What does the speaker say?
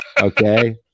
okay